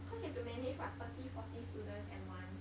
cause you have to manage what thirty forty students at once